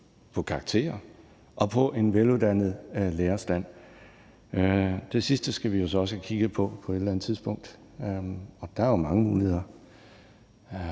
på karakterer og på en veluddannet lærerstand. Det sidste skal vi så også have kigget på på et eller andet tidspunkt, og der er jo mange muligheder.